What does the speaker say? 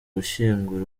gushyingura